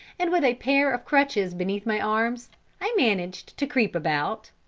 and with a pair of crutches beneath my arms, i managed to creep about.